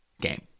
game